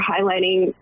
highlighting